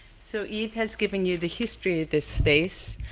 so, eve has given you the history of this space.